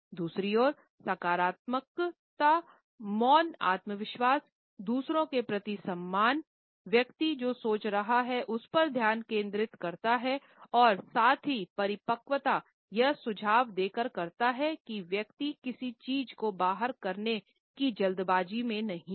दूसरी ओर सकारात्मक मौन आत्मविश्वास दूसरों के प्रति सम्मान व्यक्ति जो सोच रहा है उस पर ध्यान केंद्रित करता है और साथ ही परिपक्वता यह सुझाव देकर करता हैं कि व्यक्ति किसी चीज को बाहर करने की जल्दी में नहीं है